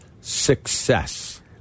success